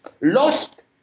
lost